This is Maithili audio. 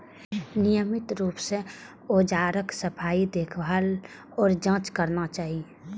नियमित रूप सं औजारक सफाई, देखभाल आ जांच करना चाही